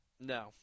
no